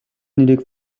нэрийг